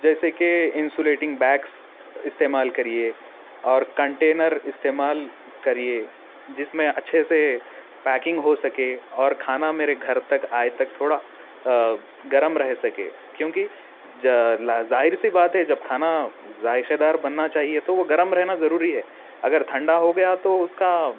جیسے کہ insulating bags استعمال کریے اور کنٹینر استعمال کریے جس میں اچھے سے پیکنگ ہو سکے اور کھانا میرے گھر تک آئے تب تھوڑا گرم رہ سکے کیونکہ ظاہر سی بات ہے جب کھانا ذائقہ دار بننا چاہیے تو وہ گرم رہنا ضروری ہے اگر ٹھنڈا ہو گیا تو اس کا